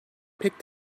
pek